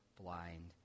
blind